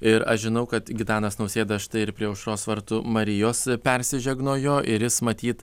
ir aš žinau kad gitanas nausėda štai ir prie aušros vartų marijos persižegnojo ir jis matyt